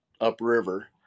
upriver